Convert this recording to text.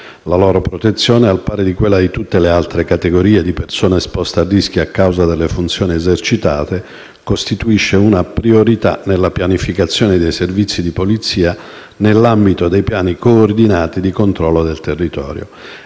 La loro protezione, al pari di quella di tutte le altre categorie di persone esposte a rischio a causa delle funzioni esercitate, costituisce una priorità nella pianificazione dei servizi di polizia nell'ambito dei piani coordinati di controllo del territorio.